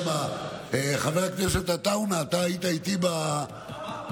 חבר הכנסת עטאונה, אתה היית איתי בחוק.